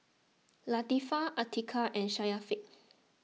Latifa Atiqah and Syafiq